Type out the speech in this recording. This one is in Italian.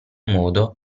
modo